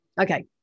Okay